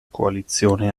coalizione